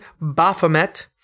Baphomet